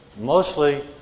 Mostly